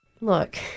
Look